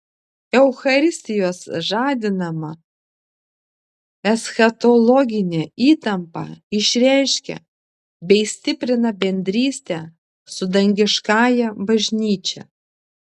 eucharistijos žadinama eschatologinė įtampa išreiškia bei stiprina bendrystę su dangiškąja bažnyčia